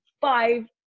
five